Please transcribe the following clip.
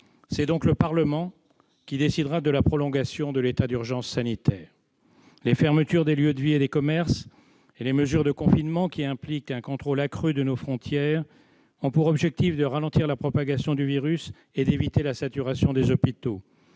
C'est donc le Parlement qui décidera de la prolongation de l'état d'urgence sanitaire. Les fermetures de lieux de vie et de commerces et les mesures de confinement, qui impliquent un contrôle accru de nos frontières, ont pour objectif de ralentir la propagation du virus et d'éviter la saturation des hôpitaux.